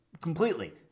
completely